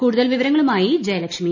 കൂടുതൽ വിവരങ്ങളുമായി ജയലക്ഷ്മി